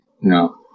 No